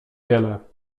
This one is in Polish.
wiele